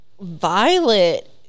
violet